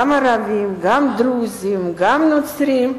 גם ערבים, גם דרוזים, גם נוצרים,